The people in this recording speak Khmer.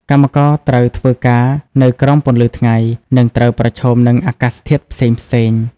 កម្មករត្រូវធ្វើការនៅក្រោមពន្លឺថ្ងៃ និងត្រូវប្រឈមនឹងអាកាសធាតុផ្សេងៗ។